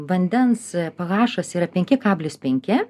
vandens pėhašas yra penki kablis penki